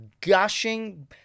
gushing